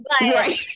right